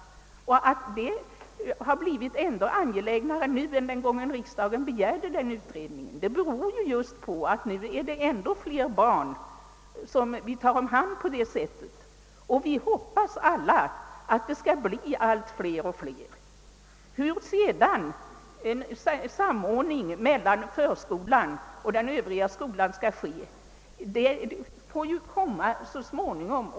Att denna utredning blivit ännu angelägnare än när riksdagen begärde den beror på att vi nu tar hand om ännu fler barn på detta sätt än vi tidigare gjort. Vi hoppas också att det skall bli allt fler. Hur sedan samordningen mellan förskolan och den övriga skolan skall ske får visa sig så småningom.